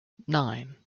nine